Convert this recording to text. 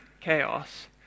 chaos